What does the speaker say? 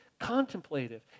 contemplative